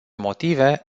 motive